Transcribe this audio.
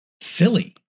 silly